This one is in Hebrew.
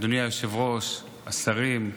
אדוני היושב-ראש, השרים,